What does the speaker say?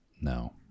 No